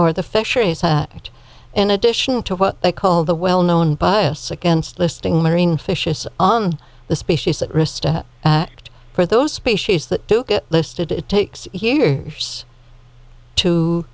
fish that in addition to what they call the well known bias against listing marine fish is on the species at risk for those species that do get listed it takes years to